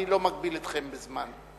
אני לא מגביל אתכם בזמן,